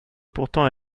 pourtant